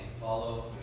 follow